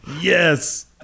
Yes